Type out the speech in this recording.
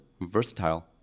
versatile